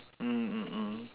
mm mm mm